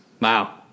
Wow